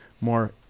more